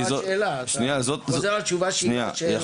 זו לא השאלה, אתה חוזר על תשובה לא של השאלה.